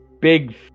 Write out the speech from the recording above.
big